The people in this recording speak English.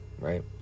right